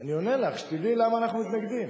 אני עונה לך, שתדעי למה אנחנו מתנגדים.